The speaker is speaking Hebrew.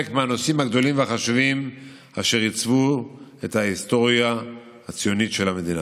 מהנושאים הגדולים והחשובים אשר עיצבו את ההיסטוריה הציונית של המדינה.